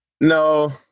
No